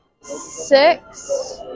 Six